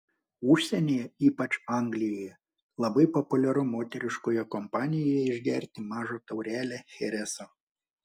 užsienyje ypač anglijoje labai populiaru moteriškoje kompanijoje išgerti mažą taurelę chereso